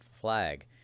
flag